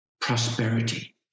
prosperity